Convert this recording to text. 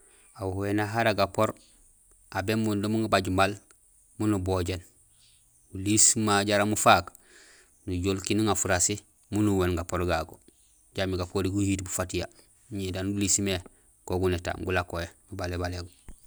Ahuwéna hara gapoor aw bémundum ubaj maal mun ubojéén, uliis ma jaraam ufaak nujool kindi uŋa farasi miin uwuhéén gapoor gagu jambi gapori giyiit bu fatiya ñé daan uliis mé gapori gogu nétaam gulakohé, nubalé balé go.